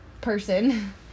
person